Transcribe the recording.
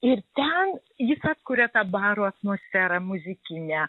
ir ten jis atkuria tą baro atmosferą muzikinę